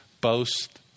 boast